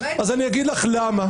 אז אני אגיד לך למה.